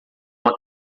uma